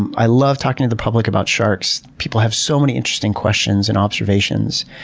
and i love talking to the public about sharks. people have so many interesting questions and observations.